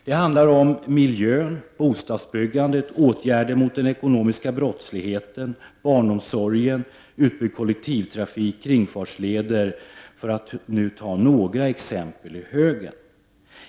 Det handlar om miljön, bostadsbyggandet, åtgärder mot den ekonomiska brottsligheten, barnomsorgen, utbyggd kollektivtrafik samt kringfartsleder, för att ta några exempel ur högen.